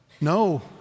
No